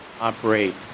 operate